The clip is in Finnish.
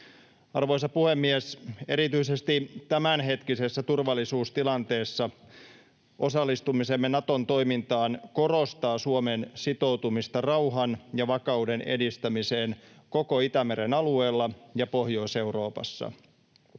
Arvoisa puhemies! Erityisesti tämänhetkisessä turvallisuustilanteessa osallistumisemme Naton toimintaan korostaa Suomen sitoutumista rauhan ja vakauden edistämiseen koko Itämeren alueella ja Pohjois-Euroopassa.